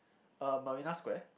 uh Marina-Square